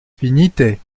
finite